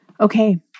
Okay